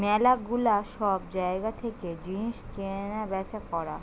ম্যালা গুলা সব জায়গা থেকে জিনিস কেনা বেচা করা